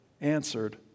answered